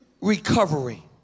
recovery